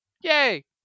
yay